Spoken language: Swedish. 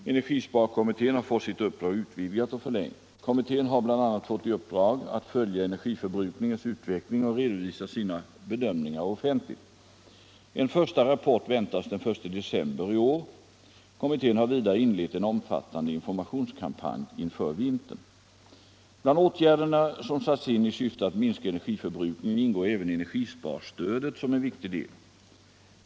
Energisparkommittén har fått sitt uppdrag utvidgat och förlängt. Kommittén har bl.a. fått i uppdrag att följa energiförbrukningens utveckling och redovisa sina bedömningar offentligt. En första rapport väntas den 1 december i år. Kommittén har vidare inlett en omfattande informationskampanj inför vintern. Bland åtgärderna som satts in i syfte att minska energiförbrukningen ingår även energisparstödet som en viktig del.